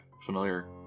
familiar